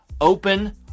Open